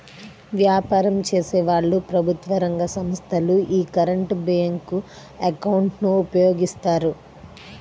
వ్యాపారం చేసేవాళ్ళు, ప్రభుత్వ రంగ సంస్ధలు యీ కరెంట్ బ్యేంకు అకౌంట్ ను ఉపయోగిస్తాయి